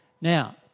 Now